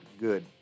good